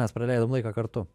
mes praleidom laiką kartu